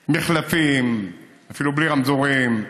מחלפים, אפילו בלי רמזורים,